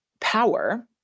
power